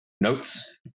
notes